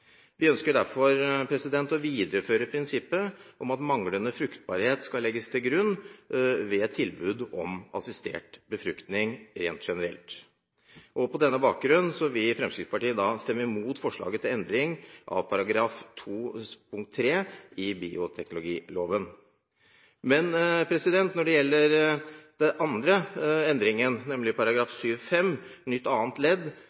Vi ønsker derfor å videreføre prinsippet om at manglende fruktbarhet skal legges til grunn ved tilbud om assistert befruktning, rent generelt. På denne bakgrunn vil Fremskrittspartiet stemme mot forslaget til endring av § 2-3 i bioteknologiloven. Men når det gjelder den andre endringen, nemlig § 7-5 nytt annet ledd,